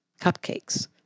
cupcakes